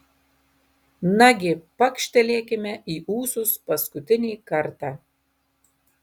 nagi pakštelėkime į ūsus paskutinį kartą